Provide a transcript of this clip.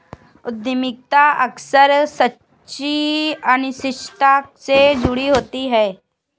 उद्यमिता अक्सर सच्ची अनिश्चितता से जुड़ी होती है